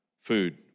food